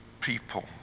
people